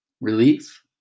relief